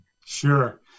Sure